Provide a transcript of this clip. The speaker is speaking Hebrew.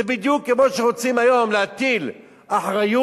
זה בדיוק כמו שרוצים היום להטיל אחריות